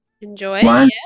Enjoy